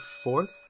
fourth